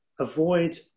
avoid